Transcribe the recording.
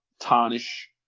tarnish